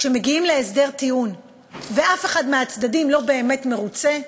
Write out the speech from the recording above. כשמגיעים להסדר טיעון ואף אחד מהצדדים לא באמת מרוצה,